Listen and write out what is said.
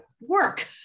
work